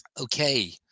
Okay